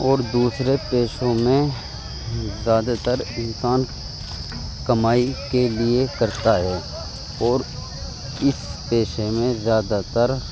اور دوسرے پیشوں میں زیادہ تر انسان کمائی کے لیے کرتا ہے اور اس پیشے میں زیادہ تر